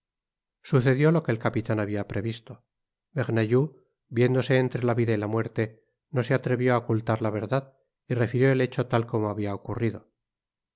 sucedió lo que el capitan habia previsto bernajoux viéndose entre la vida y la muerte no se atrevió á ocultar la verdad y refirió el hecho tal como habla ocurrido